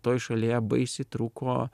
toj šalyje baisiai trūko